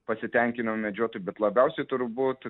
pasitenkinimą medžiotojui bet labiausiai turbūt